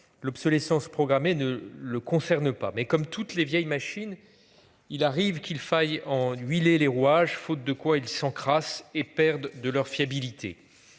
l'obsolescence programmée, ne le concerne pas. Mais comme toutes les vieilles machines. Il arrive qu'il faille en huiler les rouages, faute de quoi il s'encrasse et perdent de leur fiabilité.